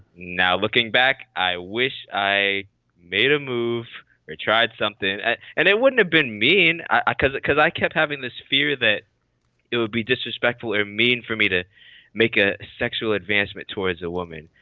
now looking back i wish i made a move or tried something and it wouldn't have been mean i cause it because i kept having this fear that it would be disrespectful or mean for me to make a sexual advancement towards a woman.